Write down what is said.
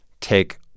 take